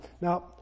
Now